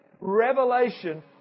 revelation